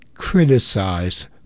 criticized